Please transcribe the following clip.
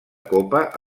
copa